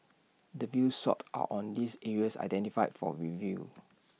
the views sought are on these areas identified for review